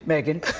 Megan